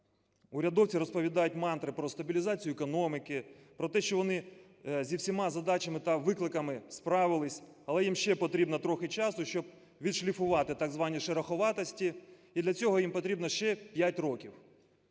Урядовці розповідають мантри про стабілізацію економіки, про те, що вони зі всіма задачами та викликами справились, але їм ще потрібно трохи часу, щоб відшліфувати так звані шероховатості, і для цього їм потрібно ще 5 років.